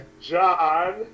John